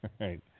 right